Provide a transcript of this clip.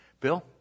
Bill